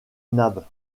nab